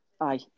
aye